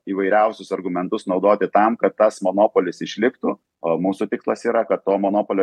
įvairiausius argumentus naudoti tam kad tas monopolis išliktų o mūsų tikslas yra kad to monopolio